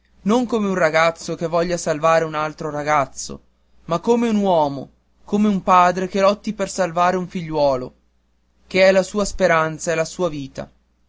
non come un ragazzo che voglia salvare un altro ragazzo ma come un uomo come un padre che lotti per salvare un figliuolo che è la sua speranza e la sua vita